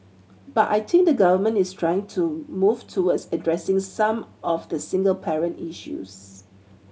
but I think the Government is trying to move towards addressing some of the single parent issues